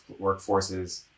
workforces